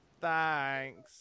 Thanks